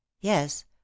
yes